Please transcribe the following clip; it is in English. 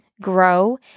grow